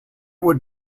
would